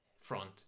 front